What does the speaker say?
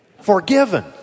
Forgiven